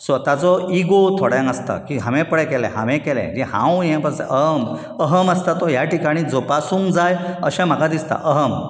स्वताचो इगो थोड्यांक आसता की हांवे पळय केले हांवे केले जे हे अहम अहम आसता तो ह्या ठिकाणी जोपासूंक जाय अशें म्हाका दिसता अहम